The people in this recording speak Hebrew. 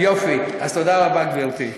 תודה רבה, גברתי.